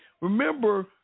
Remember